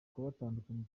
kubatandukanya